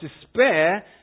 despair